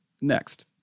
next